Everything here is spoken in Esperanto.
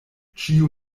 ĉiu